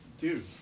dude